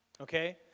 okay